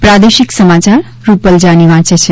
પ્રાદેશિક સમાયાર રૂપલ જાની વાંચે છે